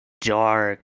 dark